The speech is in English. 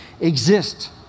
exist